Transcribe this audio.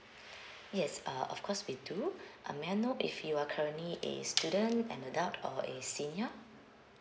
yes uh of course we do uh may I know if you are currently a student an adult or a senior